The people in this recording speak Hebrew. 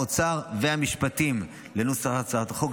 האוצר והמשפטים לנוסח הצעת החוק.